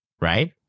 Right